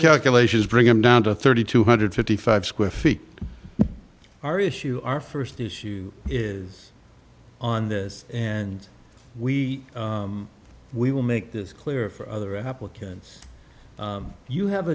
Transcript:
calculations bring them down to thirty two hundred fifty five square feet our issue our first issue is on this and we we will make this clearer for other applicants you have